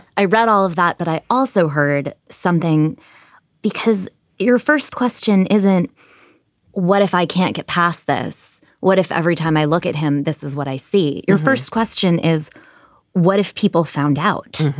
i read all of that. but i also heard something because your first question isn't what if i can't get past this? what if every time i look at him, this is what i see? your first question is what if people found out?